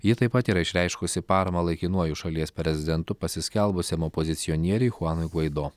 ji taip pat yra išreiškusi paramą laikinuoju šalies prezidentu pasiskelbusiam opozicionieriui chuanui gvaido